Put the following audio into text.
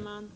Herr talman!